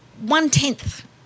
one-tenth